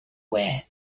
were